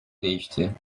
değişti